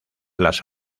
las